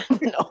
no